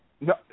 No